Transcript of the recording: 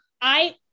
I-